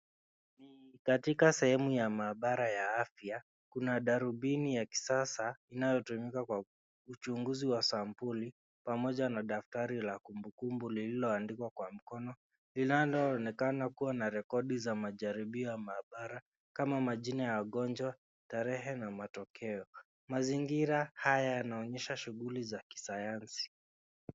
Katika sehemu ya mahabara ya afya kuna darubini ya kisasa inayotumika kwa uchunguzi wa sampuli pamoja na daftari la kumbukumbu lililo andikwa kwa mkono linalo onekana kuwa na rekodi za majaribio ya mahabara kama majina ya wagonjwa, tarehe na matokeo. Mazingira haya yanaonyesha shughuli za kisayansi.